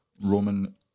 Roman